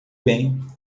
bem